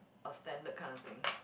a standard kind of thing